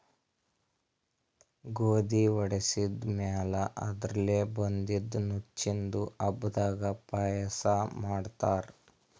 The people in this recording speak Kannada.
ಗೋಧಿ ವಡಿಸಿದ್ ಮ್ಯಾಲ್ ಅದರ್ಲೆ ಬಂದಿದ್ದ ನುಚ್ಚಿಂದು ಹಬ್ಬದಾಗ್ ಪಾಯಸ ಮಾಡ್ತಾರ್